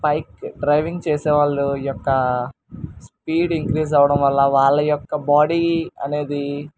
bike driving చేసేవాళ్ళు యొక్క speed increase అవ్వడం వల్ల వాళ్ళ యొక్క బాడీ అనేది